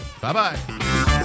Bye-bye